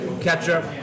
ketchup